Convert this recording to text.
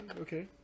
Okay